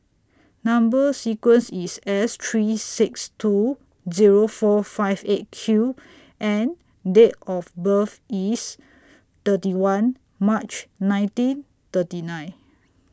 Number sequence IS S three six two Zero four five eight Q and Date of birth IS thirty one March nineteen thirty nine